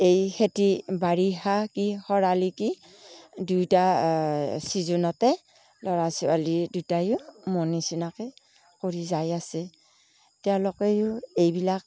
এই খেতি বাৰিষা কি খৰালি কি দুয়োটা ছিজ'নতে ল'ৰা ছোৱালী দুটায়ো মোৰ নিচিনাকে কৰি যাই আছে তেওঁলোকেও এইবিলাক